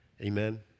Amen